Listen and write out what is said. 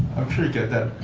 i'm sure you get that